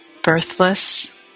birthless